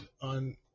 on